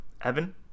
Evan